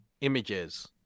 images